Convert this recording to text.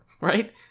right